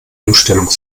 umstellung